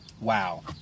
Wow